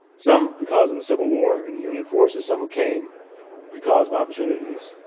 some because of the civil war and union forces, some who came because of opportunities.